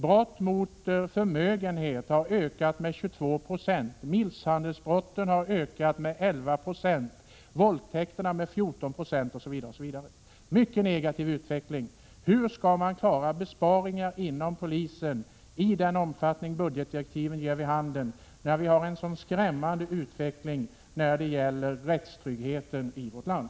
Brott mot förmögenhet har ökat med 22 90. Misshandelsbrotten har ökat med 11 96. Våldtäkterna har ökat med 14 96 osv. Det är en mycket negativ utveckling. Hur skall man kunna göra besparingar inom polisen i den omfattning budgetdirektiven ger vid handen, när vi har en sådan skrämmande utveckling av rättstryggheten i vårt land?